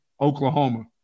Oklahoma